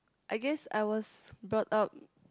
I guess I was brought up